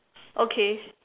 okay